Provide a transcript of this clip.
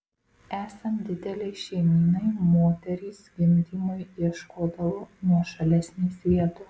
esant didelei šeimynai moterys gimdymui ieškodavo nuošalesnės vietos